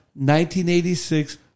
1986